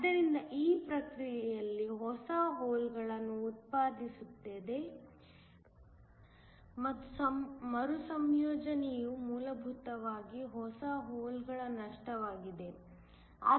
ಆದ್ದರಿಂದ ಈ ಪ್ರಕ್ರಿಯೆಯಲ್ಲಿ ಹೊಸ ಹೋಲ್ಗಳನ್ನು ಉತ್ಪಾದಿಸುತ್ತದೆ ಮತ್ತು ಮರುಸಂಯೋಜನೆಯು ಮೂಲಭೂತವಾಗಿ ಹೊಸ ಹೋಲ್ಗಳ ನಷ್ಟವಾಗಿದೆ